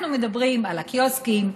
אנחנו מדברים על הקיוסקים,